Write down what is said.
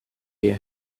hear